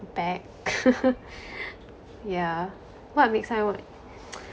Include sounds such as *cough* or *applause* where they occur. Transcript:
back *laughs* yeah what makes I wa~ *noise*